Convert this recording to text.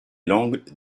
langues